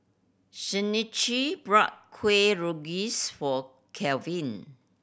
Shanequa bought Kuih Rengas for Kelvin